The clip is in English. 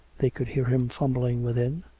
they could hear him fumbling within,